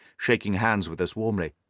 shaking hands with us warmly.